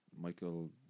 Michael